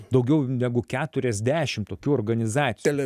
daugiau negu keturiasdešimt tokių organizacijų